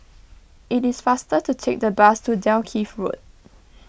it is faster to take the bus to Dalkeith Road